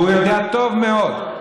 והוא יודע טוב מאוד.